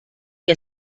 que